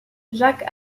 jacques